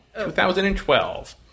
2012